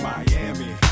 Miami